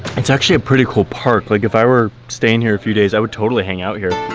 it's actually a pretty cool park, like if i were staying here a few days, i would totally hang out here.